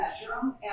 bedroom